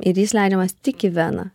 ir jis leidžiamas tik į veną